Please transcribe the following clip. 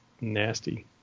Nasty